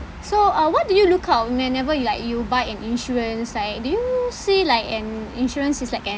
so uh what do you look out whenever you like you buy an insurance like do you see like an insurance is like an